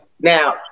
Now